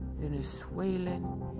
Venezuelan